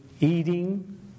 eating